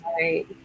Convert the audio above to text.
right